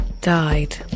died